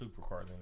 supercar